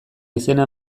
izena